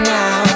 now